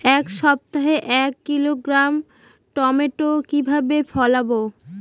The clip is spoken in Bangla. এক সপ্তাহে এক কিলোগ্রাম টমেটো কিভাবে ফলাবো?